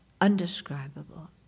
undescribable